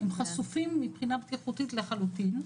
הם חשופים מבחינה בטיחותית לחלוטין.